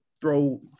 throw